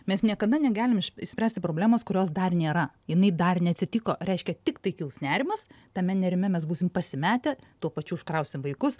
mes niekada negalim išspręsti problemos kurios dar nėra jinai dar neatsitiko reiškia tiktai kils nerimas tame nerime mes būsim pasimetę tuo pačiu užkrausim vaikus